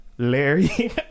Larry